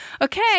Okay